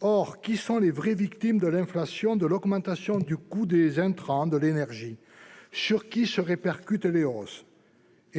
Or qui sont les vraies victimes de l'inflation et de l'augmentation du coût des intrants et de l'énergie ? Sur qui se répercutent les hausses ?